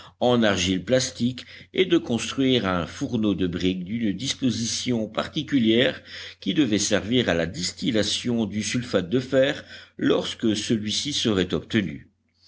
en argile plastique et de construire un fourneau de briques d'une disposition particulière qui devait servir à la distillation du sulfate de fer lorsque celui-ci serait obtenu